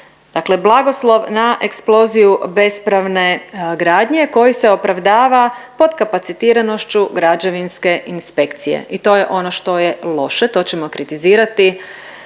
dakle blagoslov na eksploziju bespravne gradnje koji se opravdava potkapacitiranošću građevinske inspekcije i to je ono što je loše, to ćemo kritizirati